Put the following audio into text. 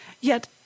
Yet